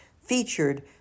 featured